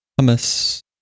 Hummus